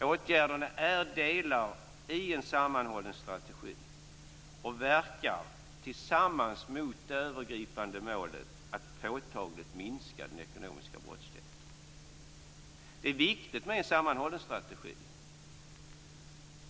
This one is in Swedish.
Åtgärderna är delar i en sammanhållen strategi och verkar tillsammans mot det övergripande målet att påtagligt minska den ekonomiska brottsligheten. Det är viktigt med en sammanhållen strategi.